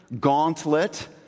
gauntlet